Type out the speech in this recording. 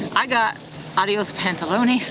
i got adios pantalones,